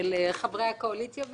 של חברי הקואליציה והאופוזיציה.